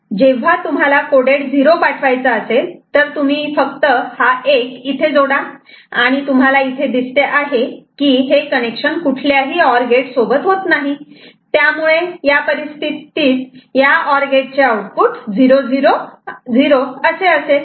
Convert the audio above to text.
जेव्हा तुम्हाला कोडेड 0 पाठवायचा असेल तर तुम्ही फक्त हे एक इथे जोडा आणि तुम्हाला इथे दिसते आहे की हे कनेक्शन कुठल्याही ऑर गेट सोबत होत नाही आणि त्यामुळे या परिस्थितीत ऑर गेट चे आउटपुट 0000 असे असेल